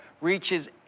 reaches